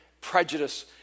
prejudice